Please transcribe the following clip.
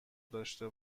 داشته